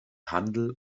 handel